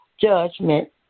judgment